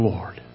Lord